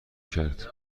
کرد